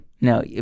no